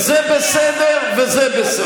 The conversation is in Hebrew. זה בסדר וזה בסדר.